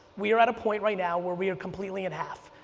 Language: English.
we are at a point right now where we are completely in half.